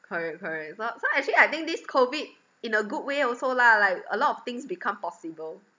correct correct so so actually I think this COVID in a good way also lah like a lot of things become possible